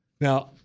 Now